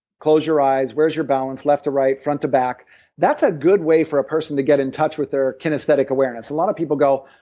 close your eyes, where's your balance, left to right front to back that's a good way for a person to get in touch with their kinesthetic awareness a lot of people go,